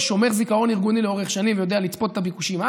ששומר זיכרון ארגוני לאורך שנים ויודע לצפות את הביקושים הלאה,